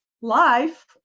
life